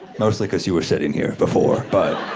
mostly cause you were sitting here before, but.